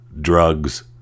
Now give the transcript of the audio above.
drugs